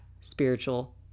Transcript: spiritual